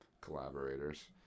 collaborators